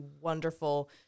wonderful